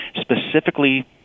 specifically